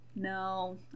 No